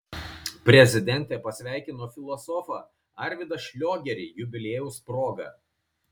prezidentė pasveikino filosofą arvydą šliogerį jubiliejaus proga